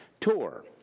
tour